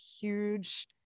huge